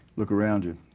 look around you.